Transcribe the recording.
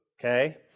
Okay